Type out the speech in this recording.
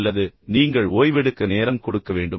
அல்லது நீங்கள் ஓய்வெடுக்க நேரம் கொடுக்க வேண்டும்